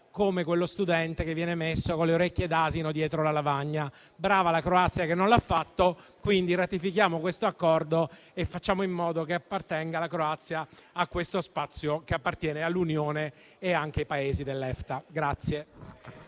come quello studente che viene messo con le orecchie da asino dietro la lavagna. Brava la Croazia che non l'ha fatto e, quindi, ratifichiamo questo Accordo e facciamo in modo che la Croazia partecipi a questo Spazio economico, che appartiene all'Unione e anche ai Paesi dell'EFTA.